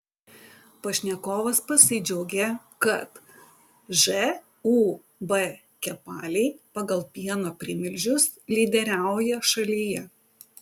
pašnekovas pasidžiaugė kad žūb kepaliai pagal pieno primilžius lyderiauja šalyje